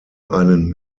einen